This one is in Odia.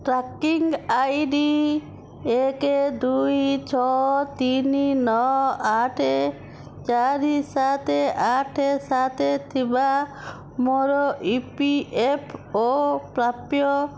ଟ୍ରାକିଂ ଆଇଡ଼ି ଏକ ଦୁଇ ଛଅ ତିନି ନଅ ଆଠ ଚାରି ସାତ ଆଠ ସାତ ଥିବା ମୋର ଇ ପି ଏଫ୍ ଓ ପ୍ରାପ୍ୟ